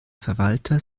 verwalter